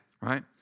Right